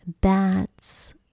bats